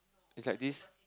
it's like this